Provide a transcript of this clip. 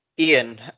Ian